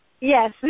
Yes